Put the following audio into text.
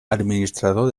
administrador